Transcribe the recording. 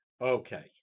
Okay